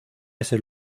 ese